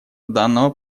данного